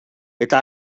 eta